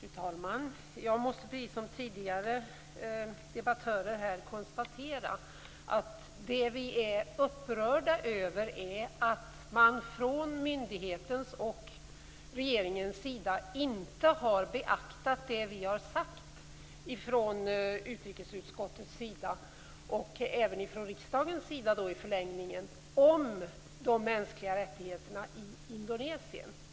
Fru talman! Jag måste precis som tidigare debattörer konstatera att vi är upprörda över att man från myndighetens och regeringens sida inte har beaktat det som vi i utrikesutskottet, och i förlängningen även riksdagen, har sagt om de mänskliga rättigheterna i Indonesien.